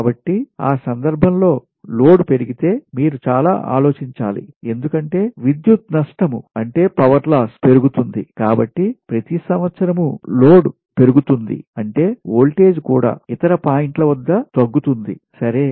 కాబట్టి ఆ సందర్భం లో లోడ్ పెరిగితే మీరు చాలా ఆలోచించాలి ఎందుకంటే విద్యుత్ నష్టం పెరుగుతుంది కాబట్టి ప్రతీ సంవత్సరం లోడ్ పెరుగుతుంది అంటే వోల్టేజ్ కూడా ఇతర పాయింట్ల వద్ద తగ్గుతుంది సరే